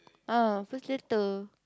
ah first letter